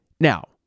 Now